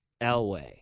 Elway